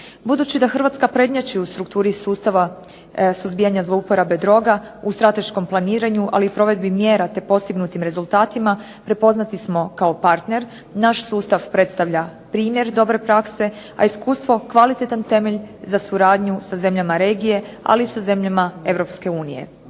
Budući da Hrvatska prednjači u strukturi sustava suzbijanja zloupotreba droga u strateškom planiranju ali i u provedbi mjera te postignutim rezultatima prepoznati smo kao partner. Naš sustav predstavlja primjer dobre prakse, a iskustvo kvalitetan temelj za suradnju sa zemljama regije ali i sa zemljama EU.